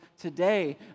today